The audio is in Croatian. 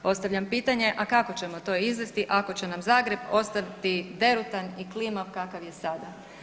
Postavljam pitanje, a kako ćemo to izvesti ako će nam Zagreb ostati derutan i klimav kakav je sada?